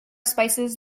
spices